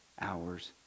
hours